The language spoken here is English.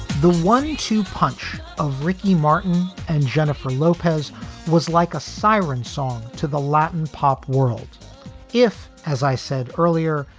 the one two punch of ricky martin and jennifer lopez was like a siren song to the latin pop world if, as i said earlier,